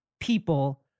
people